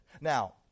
Now